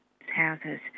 houses